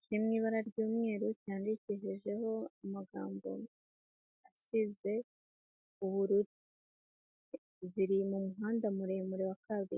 kiri mu ibara ry'umweru cyandikishijeho amagambo asize ubururu, ziri mu muhanda muremure wa ka kabiriimbo.